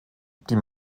die